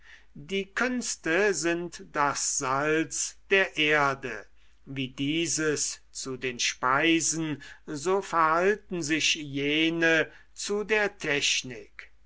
die künste sind das salz der erde wie dieses zu den speisen so verhalten sich jene zu der technik